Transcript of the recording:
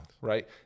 Right